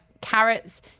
carrots